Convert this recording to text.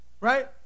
Right